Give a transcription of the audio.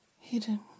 hidden